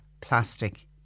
plastic